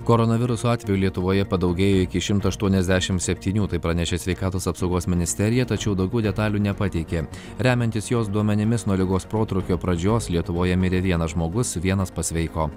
koronaviruso atvejų lietuvoje padaugėjo iki šimto aštuoniasdešimt septynių tai pranešė sveikatos apsaugos ministerija tačiau daugiau detalių nepateikė remiantis jos duomenimis nuo ligos protrūkio pradžios lietuvoje mirė vienas žmogus vienas pasveiko